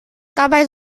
dabei